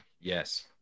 yes